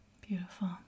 Beautiful